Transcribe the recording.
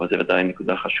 אבל זו ודאי נקודה חשובה.